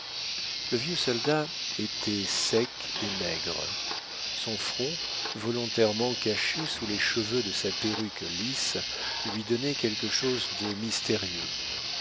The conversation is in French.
le vieux soldat était sec et maigre son front volontairement caché sous les cheveux de sa perruque lisse lui donnait quelque chose de mystérieux